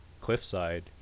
cliffside